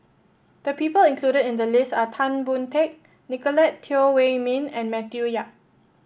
the people included in the list are Tan Boon Teik Nicolette Teo Wei Min and Matthew Yap